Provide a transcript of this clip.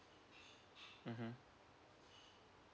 mmhmm